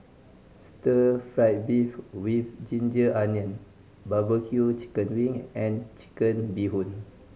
stir fried beef with ginger onion barbecue chicken wing and Chicken Bee Hoon